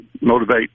motivate